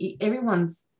everyone's